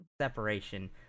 separation